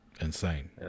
insane